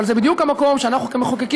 אבל זה בדיוק המקום שאנחנו כמחוקקים